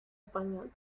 español